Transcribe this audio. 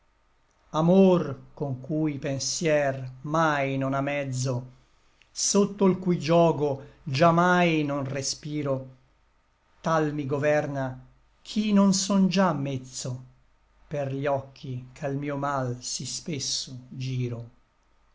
amor con cui pensier mai non amezzo sotto l cui giogo già mai non respiro tal mi governa ch'i non son già mezzo per gli occhi ch'al mio mal sí spesso giro